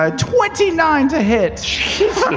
ah twenty nine to hit.